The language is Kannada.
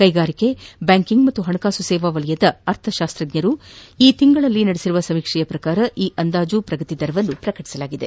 ಕೈಗಾರಿಕೆ ಬ್ಯಾಂಕಿಂಗ್ ಮತ್ತು ಹಣಕಾಸು ಸೇವಾ ವಲಯದ ಅರ್ಥಶಾಸ್ತಜ್ಞರು ಈ ತಿಂಗಳು ನಡೆಸಿರುವ ಸಮೀಕ್ಷೆಯ ಪ್ರಕಾರ ಈ ಅಂದಾಜು ಪ್ರಗತಿ ದರವನ್ನು ಪ್ರಕಟಿಸಲಾಗಿದೆ